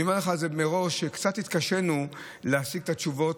אני אומר לך מראש שקצת התקשינו להשיג את התשובות,